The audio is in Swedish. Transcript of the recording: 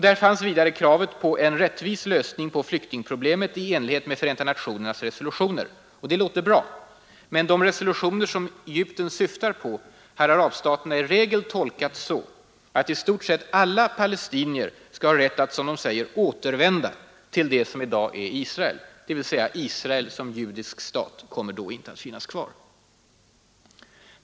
Där fanns vidare kravet på ”en rättvis lösning på flyktingproblemet i enlighet med Förenta nationernas resolutioner”. Det låter bra, men de resolutioner som Egypten syftar på har arabstaterna i regel tolkat så att i stort sett alla palestinier skall ha rätt att ”återvända” till det som i dag är Israel, dvs. Israel som judisk stat kommer då inte att finnas kvar.